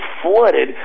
flooded